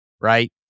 right